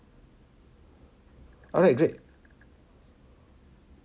alright great